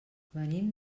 venim